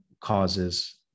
causes